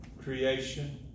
Creation